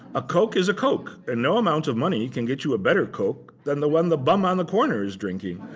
a coke is a coke and no amount of money can get you a better coke than the one the bum on the corner is drinking.